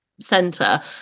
center